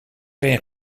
erin